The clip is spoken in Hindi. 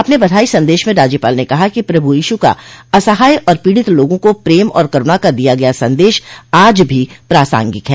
अपने बधाई सन्देश में राज्यपाल ने कहा कि प्रभु ईशु का असहाय और पीड़ित लोगों को प्रेम और करूणा का दिया गया सन्देश आज भी प्रासांगिक है